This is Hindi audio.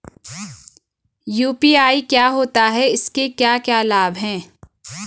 यु.पी.आई क्या होता है इसके क्या क्या लाभ हैं?